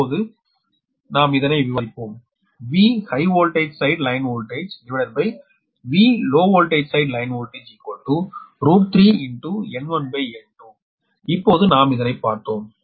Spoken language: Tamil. இப்போது நாம் இப்போது விவாதித்தோம் இப்போது நாம் பார்த்தோம்